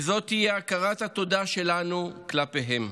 וזאת תהיה הכרת התודה שלנו כלפיהם.